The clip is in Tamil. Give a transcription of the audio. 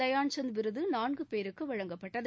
தயான் சந்த் விருது நான்கு பேருக்கு வழங்கப்பட்டது